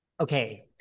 Okay